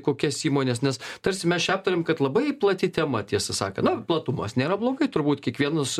kokias įmones nes tarsi mes čia aptarėm kad labai plati tema tiesą sakant nu platumas nėra blogai turbūt kiekvienas